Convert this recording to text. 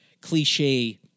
cliche